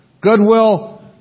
goodwill